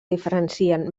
diferencien